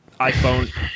iPhone